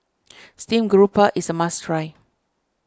Steamed Grouper is a must try